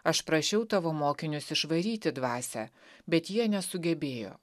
aš prašiau tavo mokinius išvaryti dvasią bet jie nesugebėjo